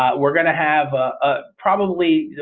we're going to have ah probably.